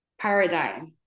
paradigm